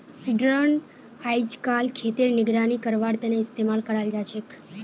drone अइजकाल खेतेर निगरानी करवार तने इस्तेमाल कराल जाछेक